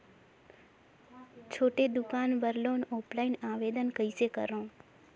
छोटे दुकान बर लोन ऑफलाइन आवेदन कइसे करो?